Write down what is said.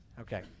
Okay